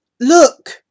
Look